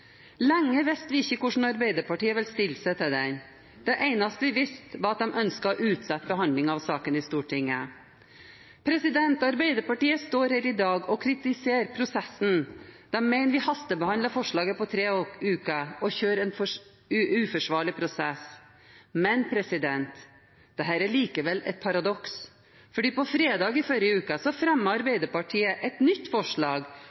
Lenge visste vi ikke hvordan Arbeiderpartiet ville stille seg til den. Det eneste vi visste, var at de ønsket å utsette behandlingen av saken i Stortinget. Arbeiderpartiet står her i dag og kritiserer prosessen. De mener vi hastebehandler forslaget på tre uker og kjører en uforsvarlig prosess. Men dette er likevel et paradoks, for på fredag forrige uke fremmet Arbeiderpartiet et nytt forslag